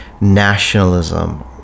nationalism